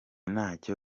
ntacyo